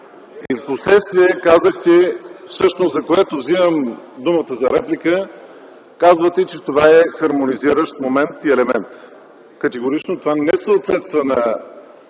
Впоследствие казахте – всъщност, за което вземам думата за реплика, че това е хармонизиращ момент и елемент. Категорично това не съответства на